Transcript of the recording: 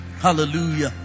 Hallelujah